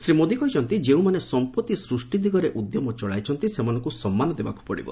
ଶ୍ରୀ ମୋଦି କହିଛନ୍ତି ଯେଉଁମାନେ ସମ୍ପତ୍ତି ସୃଷ୍ଟି ଦିଗରେ ଉଦ୍ୟମ ଚଳାଇଚନ୍ତି ସେମାନଙ୍କୁ ସମ୍ମାନ ଦେବାକୁ ପଡ଼ିବ